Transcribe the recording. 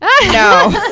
No